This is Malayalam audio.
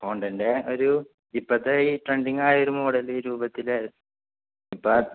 ഹോണ്ടൻ്റെ ഒരു ഇപ്പോഴത്തെ ഈ ട്രെൻഡിംഗ ആയ ഒരു മോഡല് രൂപത്തിൽ ഇപ്പം